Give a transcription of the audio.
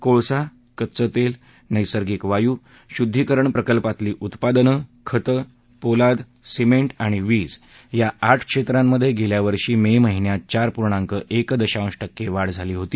कोळसा कच्च तेल नैसर्गिक वायू शुद्धीकरण प्रकल्पातील उत्पादनं खतं पोलाद सिमेंट आणि वीज या आठ क्षेत्रांमधे गेल्यावर्षी मे महिन्यात चार पूर्णांक एक दशांश टक्के वाढ झाली होती